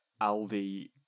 Aldi